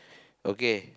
okay